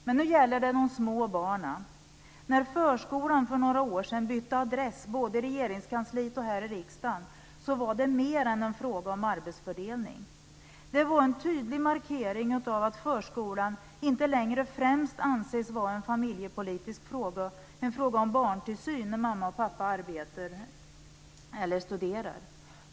Men nu gäller det de små barnen. När förskolan för några år sedan bytte adress, både i Regeringskansliet och här i riksdagen, var det mer än en fråga om arbetsfördelning. Det var en tydlig markering av att förskolan inte längre främst anses vara en familjepolitisk fråga - en fråga om barntillsyn när mamma och pappa arbetar eller studerar.